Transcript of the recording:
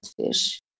fish